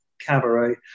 cabaret